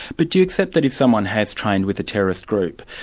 but do you accept that if someone has trained with a terrorist group,